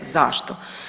Zašto?